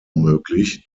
möglich